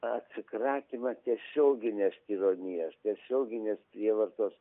atsikratymą tiesioginės tironijos tiesioginės prievartos